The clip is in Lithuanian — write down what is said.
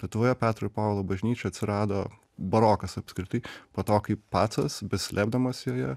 lietuvoje petro ir povilo bažnyčia atsirado barokas apskritai po to kai pacas besislėpdamas joje